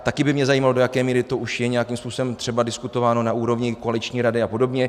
Také by mě zajímalo, do jaké míry to už je nějakým způsobem třeba diskutováno na úrovni koaliční rady apod.